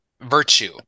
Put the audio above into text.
virtue